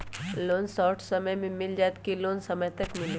Loan short समय मे मिल जाएत कि लोन समय तक मिली?